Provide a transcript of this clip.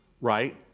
Right